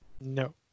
No